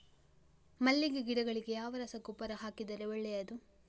ಮಲ್ಲಿಗೆ ಗಿಡಗಳಿಗೆ ಯಾವ ರಸಗೊಬ್ಬರ ಹಾಕಿದರೆ ಒಳ್ಳೆಯದು?